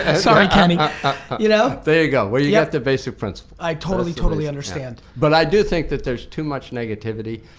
ah sorry kenny. you know there you go, well you got the basic principle. i totally, totally understand. but i do think that there's too much negativity.